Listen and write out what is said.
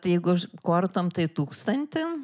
tai jeiguž kortom tai tūkstantį